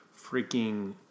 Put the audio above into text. freaking –